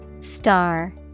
Star